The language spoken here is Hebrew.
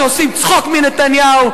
שעושים צחוק מנתניהו,